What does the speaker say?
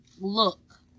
Look